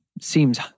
seems